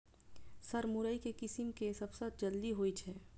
Sir मुरई केँ किसिम केँ सबसँ जल्दी होइ छै?